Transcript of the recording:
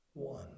One